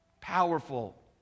Powerful